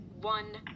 one